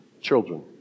Children